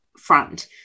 front